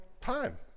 time